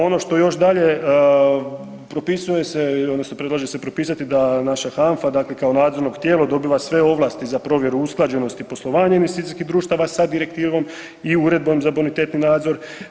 Ono što još dalje propisuje se odnosno predlaže se propisati da naša HANFA dakle kao nadzorno tijelo dobiva sve ovlasti za provjeru usklađenosti poslovanja investicijskih društava sa direktivom i Uredbom za bonitetni nadzor.